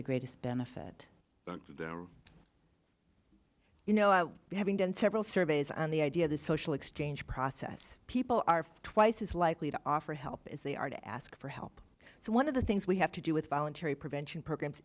a greatest benefit you know having done several surveys on the idea of the social exchange process people are twice as likely to offer help as they are to ask for help so one of the things we have to do with voluntary prevention programs